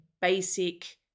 basic